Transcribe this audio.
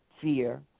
fear